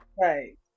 Right